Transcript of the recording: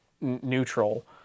neutral